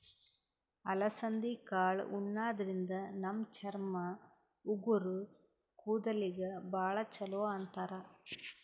ಅಲಸಂದಿ ಕಾಳ್ ಉಣಾದ್ರಿನ್ದ ನಮ್ ಚರ್ಮ, ಉಗುರ್, ಕೂದಲಿಗ್ ಭಾಳ್ ಛಲೋ ಅಂತಾರ್